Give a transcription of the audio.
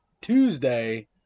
Tuesday